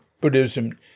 Buddhism